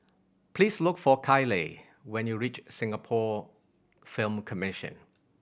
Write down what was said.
please look for Kyleigh when you reach Singapore Film Commission